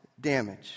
damage